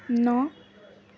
ন